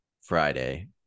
Friday